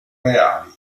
reali